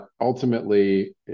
ultimately